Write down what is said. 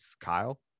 Kyle